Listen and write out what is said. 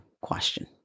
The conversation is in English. question